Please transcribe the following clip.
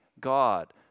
God